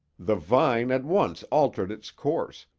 the vine at once altered its course,